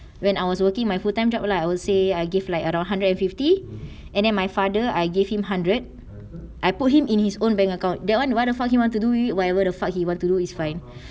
when I was working my full time job lah I would say I give like around one hundred and fifty and then my father I gave him hundred I put him in his own bank account that one what the fuck he wants to do it whatever the fuck he want to do is fine